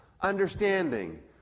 understanding